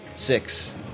six